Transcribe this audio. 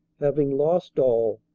having lost all,